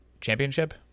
championship